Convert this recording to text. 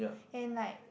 and like